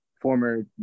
former